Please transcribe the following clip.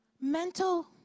mental